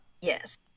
Yes